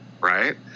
right